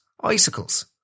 Icicles